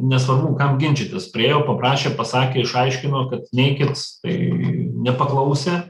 nesvarbu kam ginčytis priėjo paprašė pasakė išaiškino kad neikit kai nepaklausė